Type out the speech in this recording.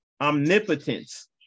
omnipotence